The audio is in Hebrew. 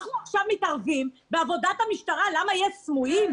עכשיו אנחנו מתערבים בעבודת המשטרה ולמה יש סמויים.